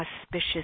auspicious